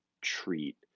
treat